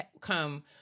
come